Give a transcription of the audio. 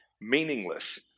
meaningless